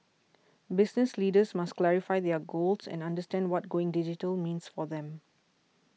business leaders must clarify their goals and understand what going digital means for them